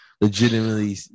legitimately